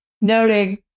noting